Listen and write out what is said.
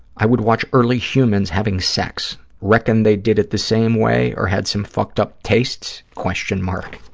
i would watch early humans having sex. reckon they did it the same way or had some fucked-up tastes, question mark.